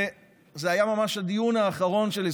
וזה היה ממש הדיון האחרון שלי.